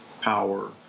power